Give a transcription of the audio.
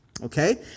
Okay